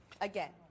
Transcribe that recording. again